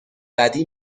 بدی